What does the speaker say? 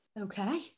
okay